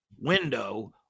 window